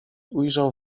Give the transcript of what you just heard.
ujrzał